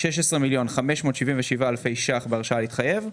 16 מיליון ו-577 אלף שקלים בהרשאה להתחייב.